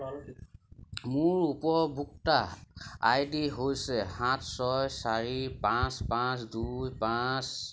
মোৰ উপভোক্তা I D হৈছে সাত ছয় চাৰি পাঁচ পাঁচ দুই পাঁচ ছয় চাৰি পাঁচ পাঁচ দুই পাঁচ